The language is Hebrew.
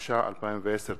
התש"ע 2010. תודה.